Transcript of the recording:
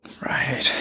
right